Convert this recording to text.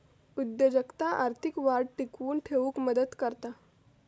उद्योजकता आर्थिक वाढ टिकवून ठेउक मदत करता